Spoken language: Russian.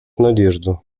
надежду